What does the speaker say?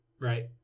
right